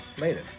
later